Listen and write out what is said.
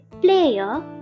player